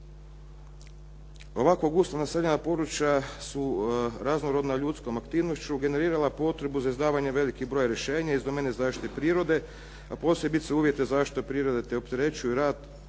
Ovako gusto naseljena područja su raznorodna ljudskom aktivnošću generirala potrebu za izdavanje velikih broja rješenja iz domene zaštite prirode, a posebice uvjete zaštite prirode te opterećuju rad